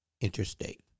interstate